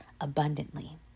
abundantly